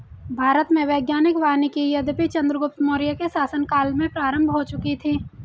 भारत में वैज्ञानिक वानिकी यद्यपि चंद्रगुप्त मौर्य के शासन काल में प्रारंभ हो चुकी थी